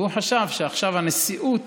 והוא חשב שעכשיו הנשיאות